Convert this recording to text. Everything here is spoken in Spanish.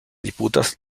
disputas